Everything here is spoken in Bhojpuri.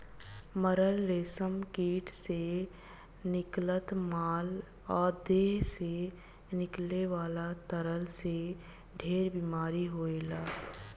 मरल रेशम कीट से निकलत मल आ देह से निकले वाला तरल से ढेरे बीमारी होला